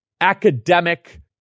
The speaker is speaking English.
academic